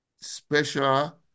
special